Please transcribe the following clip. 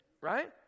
Right